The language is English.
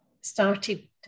started